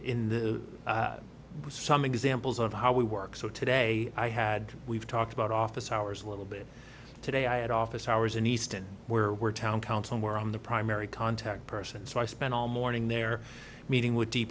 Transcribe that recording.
in the some examples of how we work so today i had to we've talked about office hours a little bit today i had office hours in easton where were town council were on the primary contact person so i spent all morning there meeting with